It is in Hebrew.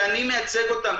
שאני מייצג אותם.